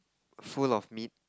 full of me